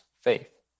faith